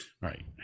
Right